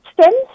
stems